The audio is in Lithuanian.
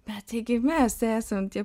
bet taigi mes esam tie